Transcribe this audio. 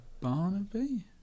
Barnaby